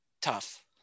Tough